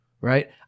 right